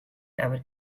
ever